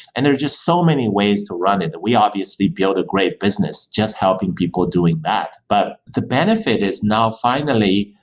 and there are just so many ways to run it. we obviously built a great business just helping people doing that. but the benefit is now, finally,